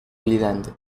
belirlendi